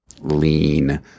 lean